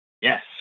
Yes